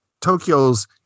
Tokyo's